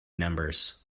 numbers